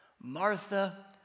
Martha